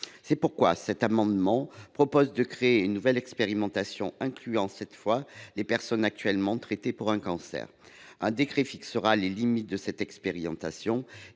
ainsi de 24 %. Aussi proposons nous une nouvelle expérimentation, incluant cette fois les personnes actuellement traitées pour un cancer. Un décret fixera les limites de ladite expérimentation,